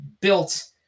built